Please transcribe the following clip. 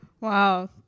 Wow